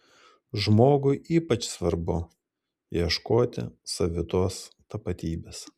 žmogui ypač svarbu ieškoti savitos tapatybės